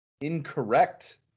incorrect